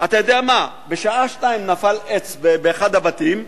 אתה יודע מה, בשעה 02:00 נפל עץ באחד הבתים,